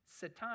Satan